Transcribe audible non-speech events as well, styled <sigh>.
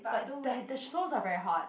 but but the the <noise> soles are very hard